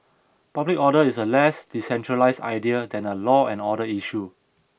public order is a less decentralised idea than a law and order issue